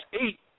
eight